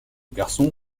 garçon